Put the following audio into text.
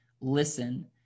listen